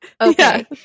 Okay